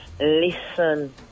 Listen